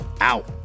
out